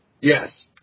Yes